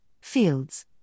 Fields